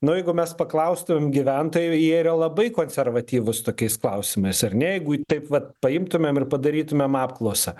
nu jeigu mes paklaustumėm gyventojų jie yra labai konservatyvūs tokiais klausimais ar ne jeigu taip vat paimtumėm ir padarytumėm apklausą